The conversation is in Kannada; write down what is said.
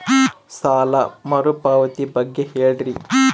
ಸಾಲ ಮರುಪಾವತಿ ಬಗ್ಗೆ ಹೇಳ್ರಿ?